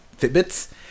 Fitbits